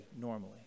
normally